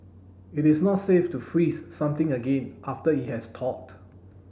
it is not safe to freeze something again after it has thawed